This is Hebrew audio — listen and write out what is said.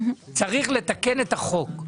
צריך לתקן את החוק.